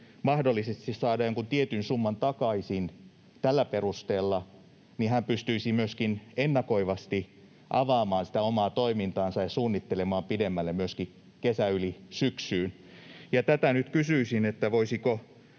mahdollisesti saada jonkun tietyn summan takaisin tällä perusteella, niin hän pystyisi myöskin ennakoivasti avaamaan sitä omaa toimintaansa ja suunnittelemaan pidemmälle, myöskin kesän yli syksyyn. Ja tätä nyt kysyisin, voisiko